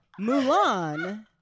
Mulan